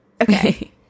Okay